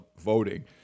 voting